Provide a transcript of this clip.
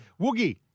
Woogie